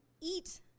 eat